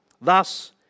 thus